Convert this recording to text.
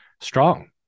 strong